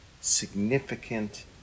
significant